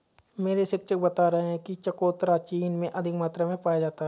मेरे शिक्षक बता रहे थे कि चकोतरा चीन में अधिक मात्रा में पाया जाता है